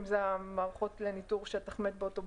אם זה מערכות לניטור שטח מת באוטובוסים,